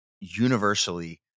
universally